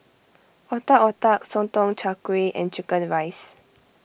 Otak Otak Sotong Char Kway and Chicken Rice